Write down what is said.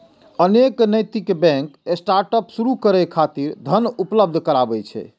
अनेक नैतिक bank startup शुरू करै खातिर धन उपलब्ध कराबै छै